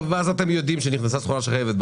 אתם יודעים שנכנסה סחורה שכזו,